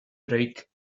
break